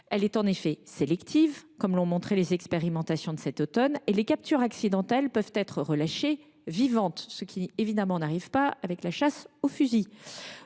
Elle est en effet sélective, comme l’ont montré les expérimentations de cet automne, et les captures accidentelles peuvent être relâchées vivantes, ce qui, évidemment, n’arrive pas avec la chasse au fusil.